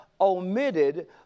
omitted